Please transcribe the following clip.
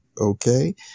okay